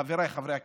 חבריי חברי הכנסת: